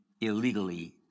illegally